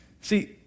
See